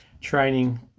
Training